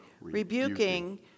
rebuking